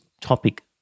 topic